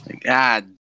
God